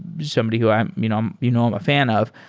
somebody who i'm you know i'm you know um a fan of.